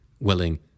willing